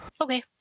Okay